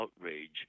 outrage